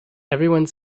everyone